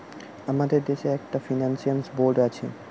আমাদের দেশে একটা ফাইন্যান্স বোর্ড আছে